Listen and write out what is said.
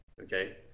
Okay